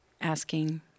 asking